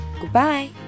goodbye